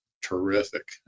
terrific